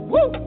Woo